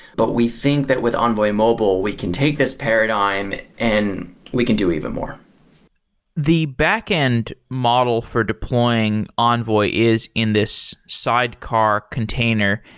but we think that with envoy mobile, we can take this paradigm and we can do even more the backend model for deploying envoy is in this sidecar container.